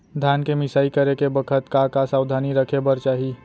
धान के मिसाई करे के बखत का का सावधानी रखें बर चाही?